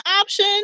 option